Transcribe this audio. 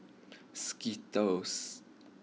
Skittles